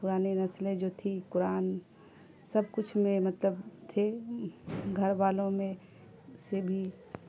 پرانی نسلیں جو تھیں قرآن سب کچھ میں مطلب تھے گھر والوں میں سے بھی